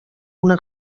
una